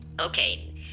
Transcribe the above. Okay